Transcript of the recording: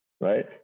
right